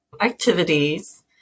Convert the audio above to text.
activities